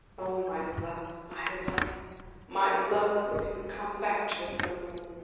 oh, my love my love my love, will you come back to us no more!